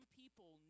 people